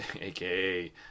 aka